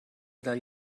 del